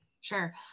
Sure